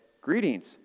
Greetings